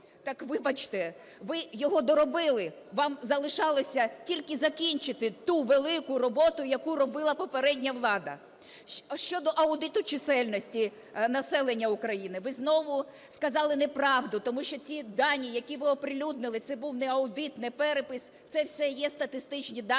Так, вибачте, ви його доробили, вам залишалося тільки закінчити ту велику роботу, яку робила попередня влада. Щодо аудиту чисельності населення України. Ви знову сказали неправду, тому що ці дані, які ви оприлюднили, це був не аудит, не перепис, це все є статистичні дані,